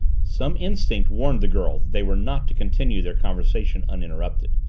some instinct warned the girl that they were not to continue their conversation uninterrupted.